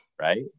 right